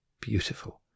beautiful